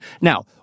Now